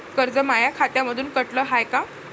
कर्ज माया खात्यामंधून कटलं हाय का?